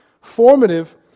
Formative